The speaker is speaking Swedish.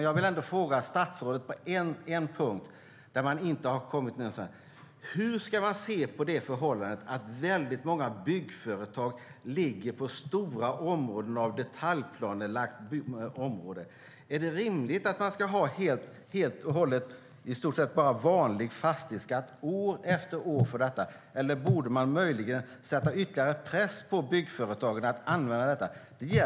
Jag vill ändå fråga statsrådet om en punkt där det inte har kommit förslag: Hur ska man se på det förhållandet att väldigt många byggföretag ligger på stora områden av detaljplanelagd mark? Är det rimligt att ha i stort sett bara vanlig fastighetsskatt år efter år för detta? Eller borde man möjligen sätta ytterligare press på byggföretagen att använda dessa områden?